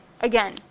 Again